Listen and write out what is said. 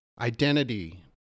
identity